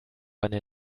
eine